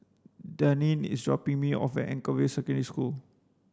Daneen is dropping me off Anchorvale Secondary School